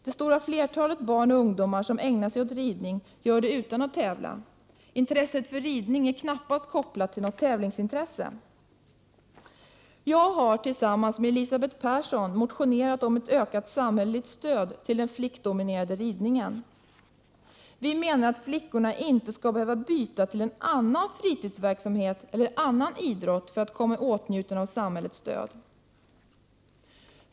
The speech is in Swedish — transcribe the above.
Det stora flertalet barn och ungdomar som ägnar sig åt ridning gör det utan att tävla. Intresset för ridning är knappast kopplat till något tävlingsintresse. Jag har tillsammans med Elisabeth Persson motionerat om ett ökat samhälleligt stöd till den flickdominerade ridningen. Vi menar att flickorna inte skall behöva byta till en annan fritidsverksamhet eller annan idrott för att komma i åtnjutande av samhällets stöd.